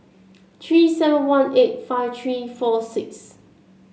three seven one eight five three four six